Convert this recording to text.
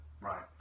Right